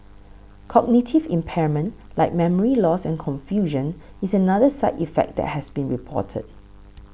cognitive impairment like memory loss and confusion is another side effect that has been reported